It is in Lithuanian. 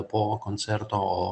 po koncerto o